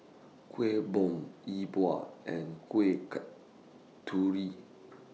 Kueh Bom E Bua and Kuih Kasturi